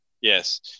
Yes